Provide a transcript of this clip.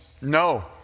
No